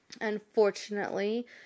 Unfortunately